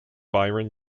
byron